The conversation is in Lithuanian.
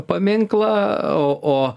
paminklą o o